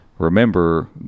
Remember